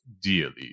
dearly